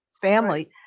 family